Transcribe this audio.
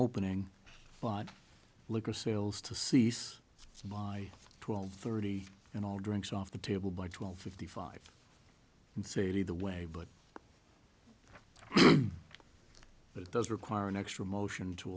opening five liquor sales to cease it's my twelve thirty and all drinks off the table by twelve fifty five and say the way but it does require an extra motion to